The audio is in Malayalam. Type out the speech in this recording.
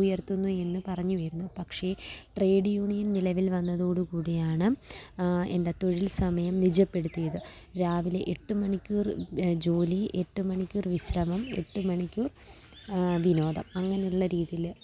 ഉയർത്തുന്നു എന്ന് പറഞ്ഞുവരുന്നു പക്ഷേ ട്രേഡ് യൂണിയൻ നിലവിൽ വന്നതോടുകൂടിയാണ് എന്താ തൊഴിൽ സമയം നിജപ്പെടുത്തിയത് രാവിലെ എട്ട് മണിക്കൂർ ജോലി എട്ട് മണിക്കൂർ വിശ്രമം എട്ട് മണിക്കൂർ വിനോദം അങ്ങനുള്ള രീതിയിൽ